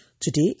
Today